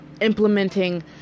implementing